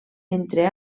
entre